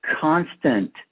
constant